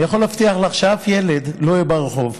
אני יכול להבטיח לך שאף ילד לא יהיה ברחוב.